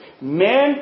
Men